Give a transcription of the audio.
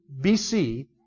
BC